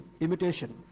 imitation